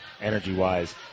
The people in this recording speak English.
energy-wise